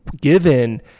given